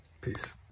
Peace